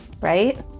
right